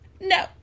No